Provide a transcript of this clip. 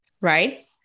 right